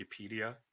Wikipedia